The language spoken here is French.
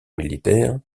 militaire